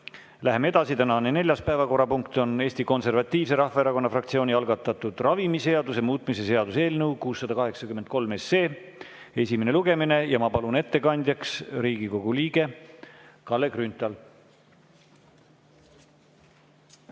Läheme edasi. Tänane neljas päevakorrapunkt on Eesti Konservatiivse Rahvaerakonna fraktsiooni algatatud ravimiseaduse muutmise seaduse eelnõu 683 esimene lugemine. Ma palun ettekandjaks Riigikogu liikme Kalle Grünthali.